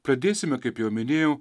pradėsime kaip jau minėjau